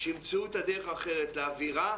שימצאו דרך אחרת לאווירה,